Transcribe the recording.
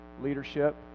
leadership